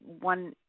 one